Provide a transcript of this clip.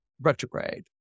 retrograde